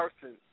person